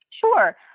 Sure